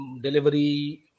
delivery